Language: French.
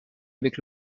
avec